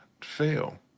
fail